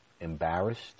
embarrassed